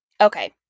Okay